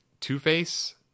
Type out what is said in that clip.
Two-Face